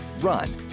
run